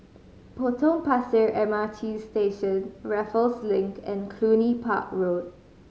Potong Pasir M R T Station Raffles Link and Cluny Park Road